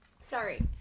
sorry